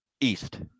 East